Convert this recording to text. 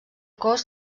cos